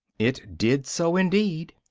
it did so indeed,